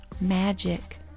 magic